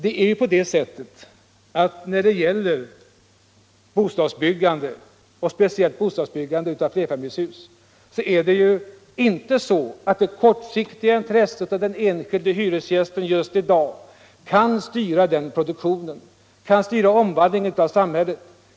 När det gäller bostadsbyggandet, speciellt i vad avser flerfamiljshusen, kan inte det kortsiktiga intresset och den enskilda hyresgästens önskemål just i dag få styra produktionen. De kan inte heller styra omvandlingen av samhället.